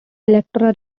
elektra